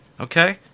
okay